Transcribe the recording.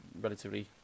relatively